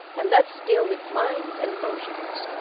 and let's deal with minds and emotions.